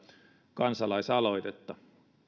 kansalaisaloitetta